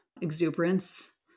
exuberance